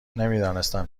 نمیدانستم